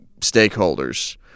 stakeholders